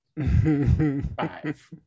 five